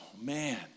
man